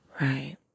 right